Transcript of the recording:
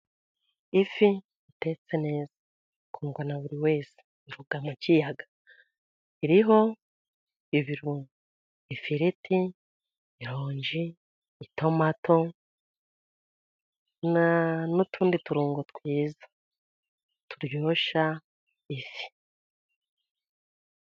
Ifi itetse neza ikundwa na buri wese, twavuga nk'iyi iriho: ifiriti, irongi, itomato, n'utundi turongo twiza turyoshya ifi.